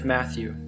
Matthew